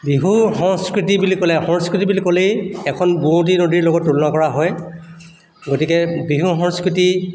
বিহু সংস্কৃতি বুলি ক'লে সংস্কৃতি বুলি ক'লেই এখন বোৱতী নদীৰ লগত তুলনা কৰা হয় গতিকে বিহু সংস্কৃতি